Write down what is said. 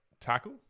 Tackle